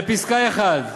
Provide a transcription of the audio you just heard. לפסקה (1),